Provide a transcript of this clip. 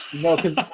No